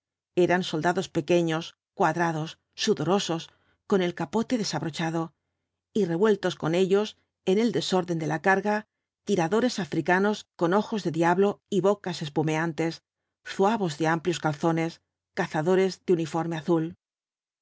eran soldados pequeños cuadrados sudorosos con el capote desabrochado y revueltos con ellos en el desorden de la carga tiradores africanos con ojos de diablo y bocas espumeantes zuavos de amplios calzones cazadores de uniforme azul